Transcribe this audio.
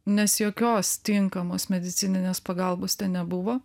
nes jokios tinkamos medicininės pagalbos nebuvo